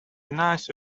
nice